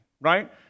right